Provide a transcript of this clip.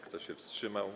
Kto się wstrzymał?